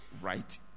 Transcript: right